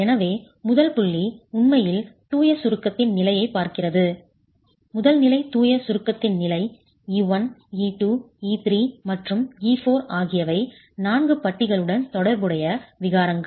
எனவே முதல் புள்ளி உண்மையில் தூய சுருக்கத்தின் நிலையைப் பார்க்கிறது முதல் நிலை தூய சுருக்கத்தின் நிலை ε1 ε2 ε3 மற்றும் ε4 ஆகியவை 4 பட்டிகளுடன் தொடர்புடைய விகாரங்கள்